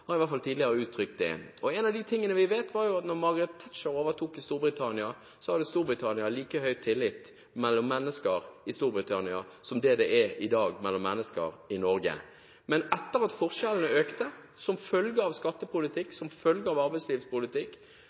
har i hvert fall gitt uttrykk for det tidligere. Noe av det vi vet, er at da Margaret Thatcher overtok i Storbritannia, var det like høy tillit mellom mennesker der som det er mellom mennesker i Norge i dag. Men forskjellene i Storbritannia økte – som en følge av skattepolitikk og arbeidslivspolitikk.